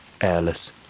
airless